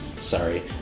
Sorry